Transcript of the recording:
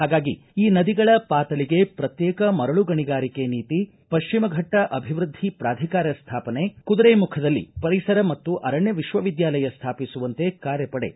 ಹಾಗಾಗಿ ಈ ನದಿಗಳ ಪಾತಳಿಗೆ ಪ್ರತ್ಯೇಕ ಮರಳು ಗಣಿಗಾರಿಕೆ ನೀತಿ ಪಶ್ಚಿಮಘಟ್ಟ ಅಭಿವೃದ್ದಿ ಪ್ರಾಧಿಕಾರ ಸ್ಥಾಪನೆ ಕುದುರೆಮುಖದಲ್ಲಿ ಪರಿಸರ ಮತ್ತು ಅರಣ್ಯ ವಿಶ್ವವಿದ್ಯಾಲಯ ಸ್ಥಾಪಿಸುವಂತೆ ಕಾರ್ಯಪಡೆ ಶಿಫಾರಸು ಮಾಡಿದ್ದಾಗಿ ಹೇಳಿದರು